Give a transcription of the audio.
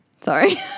Sorry